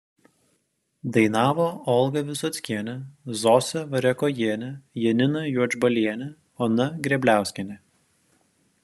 dainavo olga visockienė zosė variakojienė janina juodžbalienė ona grebliauskienė